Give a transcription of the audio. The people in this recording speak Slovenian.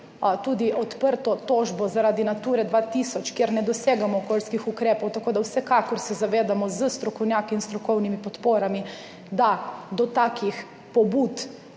tudi tožbo zaradi Nature 2000, kjer ne dosegamo okoljskih ukrepov, tako da se vsekakor zavedamo s strokovnjaki in strokovnimi podporami, da do takih pobud